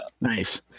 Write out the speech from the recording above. Nice